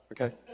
okay